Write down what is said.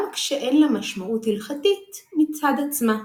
גם כשאין לה משמעות הלכתית מצד עצמה.